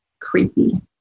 creepy